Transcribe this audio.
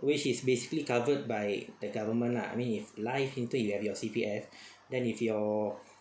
which is basically covered by the government lah I mean if life into you have your C_P_F then if your